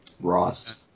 Ross